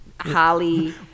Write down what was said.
Holly